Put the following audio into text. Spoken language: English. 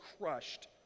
crushed